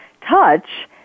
touch